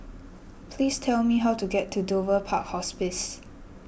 please tell me how to get to Dover Park Hospice